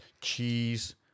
cheese